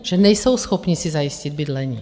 Že nejsou schopni si zajistit bydlení.